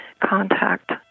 contact